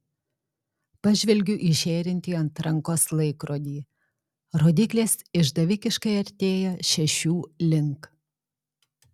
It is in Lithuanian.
pažvelgiu į žėrintį ant rankos laikrodį rodyklės išdavikiškai artėja šešių link